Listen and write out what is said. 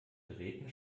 geräten